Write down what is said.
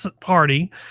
party